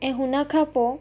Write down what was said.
ऐं हुन खां पोइ